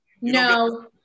No